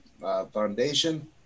Foundation